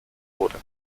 wurde